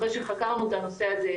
אחרי שחקרנו את הנושא הזה,